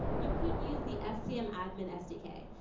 you could use the fcm admin sdk.